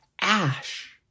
ash